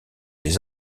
les